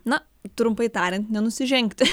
na trumpai tariant nenusižengti